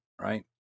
right